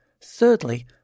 Thirdly